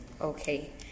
Okay